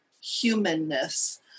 humanness